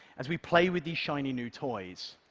as we play with these shiny new toys,